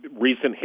recent